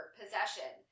possession